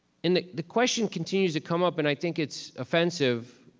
and the the question continues to come up. and i think it's offensive